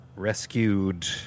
Rescued